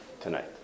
tonight